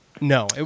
No